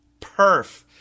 Perf